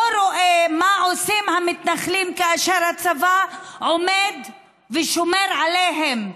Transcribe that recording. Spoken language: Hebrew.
לא רואה מה עושים המתנחלים כאשר הצבא עומד ושומר עליהם.